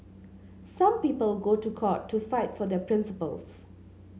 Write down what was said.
some people go to court to fight for their principles